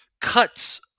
cuts